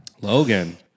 Logan